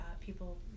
people